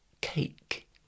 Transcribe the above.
cake